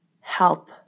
help